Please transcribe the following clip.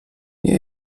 nie